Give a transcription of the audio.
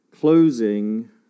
closing